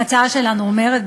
ההצעה שלנו אומרת,